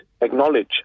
acknowledge